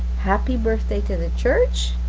happy birthday to the church.